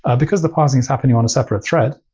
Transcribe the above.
ah because the parsing is happening on a separate thread,